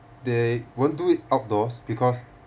they won't do it outdoors because